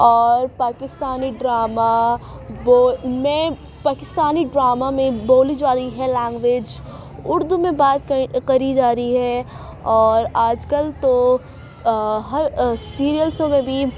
اور پاکستانی ڈرامہ وہ میں پاکستانی ڈرامہ میں بولی جا رہی ہے لینگویج اردو میں بات کری جا رہی ہے اور آج کل تو ہر سیریلسوں میں بھی